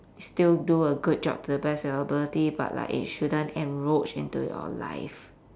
still do a good job to the best of your ability but like it shouldn't encroach into your life